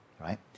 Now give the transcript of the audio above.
Right